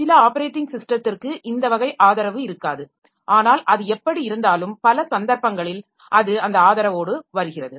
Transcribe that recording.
சில ஆப்பரேட்டிங் ஸிஸ்டத்திற்கு இந்த வகை ஆதரவு இருக்காது ஆனால் அது எப்படி இருந்தாலும் பல சந்தர்ப்பங்களில் அது அந்த ஆதரவோடு வருகிறது